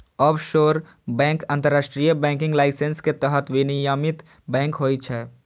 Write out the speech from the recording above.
offshore bank अंतरराष्ट्रीय banking licence के तहत विनियमित बैंक होइ छै